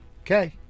Okay